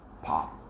Pop